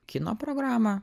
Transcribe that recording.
kino programą